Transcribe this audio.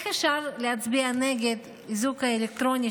איך אפשר להצביע נגד האיזוק האלקטרוני,